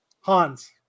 Hans